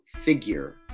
figure